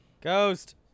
Ghost